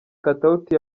katauti